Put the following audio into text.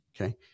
Okay